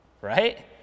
Right